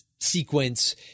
sequence